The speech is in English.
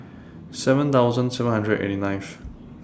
seven thousand seven hundred eighty ninth